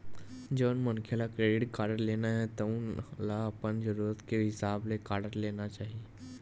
जउन मनखे ल क्रेडिट कारड लेना हे तउन ल अपन जरूरत के हिसाब ले कारड लेना चाही